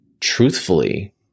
truthfully